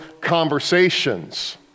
conversations